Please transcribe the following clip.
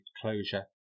closure